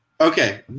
Okay